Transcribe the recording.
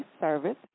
service